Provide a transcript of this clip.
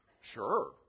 sure